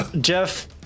Jeff